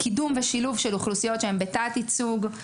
קידום ושילוב של אוכלוסיות שהן בתת-ייצוג.